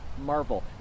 marvel